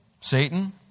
Satan